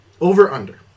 Over-under